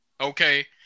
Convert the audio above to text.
Okay